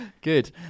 Good